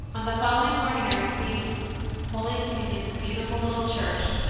on the following morning i received holy com munion in the beautiful little church,